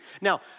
Now